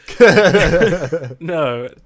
No